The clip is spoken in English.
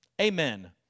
Amen